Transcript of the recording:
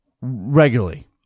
regularly